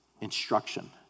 instruction